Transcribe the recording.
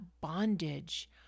bondage